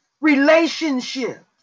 relationships